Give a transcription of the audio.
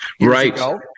Right